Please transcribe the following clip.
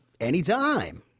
anytime